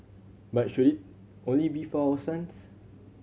but should it only be for our sons